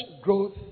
growth